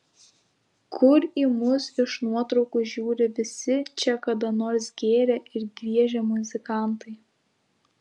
kur į mus iš nuotraukų žiūri visi čia kada nors gėrę ir griežę muzikantai